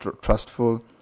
trustful